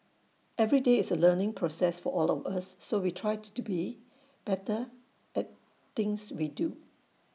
every day is A learning process for all of us so we try to be better at things we do